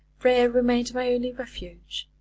prayer remained my only refuge.